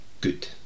good